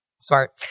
smart